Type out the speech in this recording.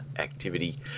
activity